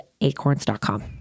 acorns.com